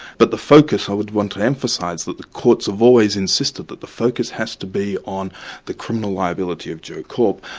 but the focus i would want to emphasise that the courts have always insisted that the focus has to be on the criminal liability of joe korp,